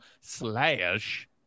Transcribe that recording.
slash